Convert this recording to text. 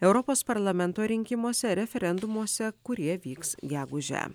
europos parlamento rinkimuose referendumuose kurie vyks gegužę